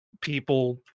people